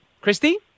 Christy